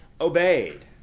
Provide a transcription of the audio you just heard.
obeyed